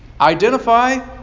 identify